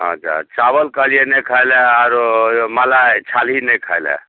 अच्छा चाबल कहलियै नहि खाइ लए आरो मलाइ छाल्ही नहि खाइ लए